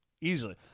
easily